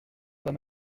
pas